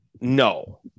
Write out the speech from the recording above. No